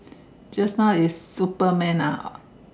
just now is Superman ah